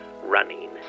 running